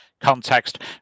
Context